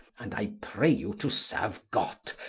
and i pray you to serue god,